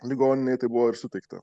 ligoninei tai buvo ir suteikta